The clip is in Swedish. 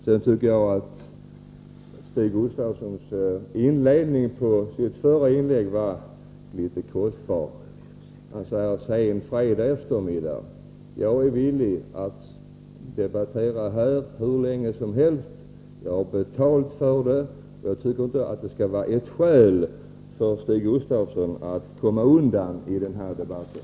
Jag tycker att Stig Gustafssons inledning på hans förra inlägg var litet kostlig beträffande denna fredagseftermiddag. Jag är villig att debattera här hur länge som helst. Jag har betalt för det, och jag tycker inte att tidpunkten skall vara ett skäl för Stig Gustafsson att komma undan i den här debatten.